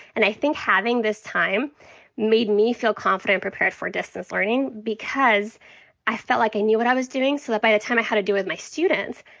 and i think having this time made me feel confident, prepared for distance learning because i felt like i knew what i was doing. so that by the time i had to do it with my students,